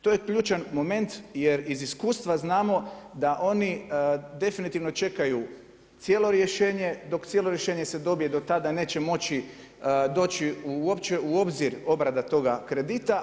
To je ključan moment jer iz iskustva znamo da oni definitivno čekaju cijelo rješenje dok cijelo rješenje se dobije, do tada neće moći doći uopće u obzir obrada toga kredita.